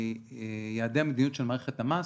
מה הם יעדי המדיניות של מערכת המס?